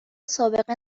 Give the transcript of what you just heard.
سابقه